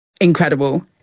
Incredible